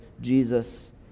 jesus